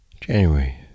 January